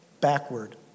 backward